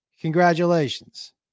Congratulations